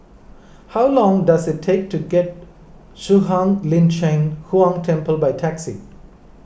how long does it take to get Shuang Lin Cheng Huang Temple by taxi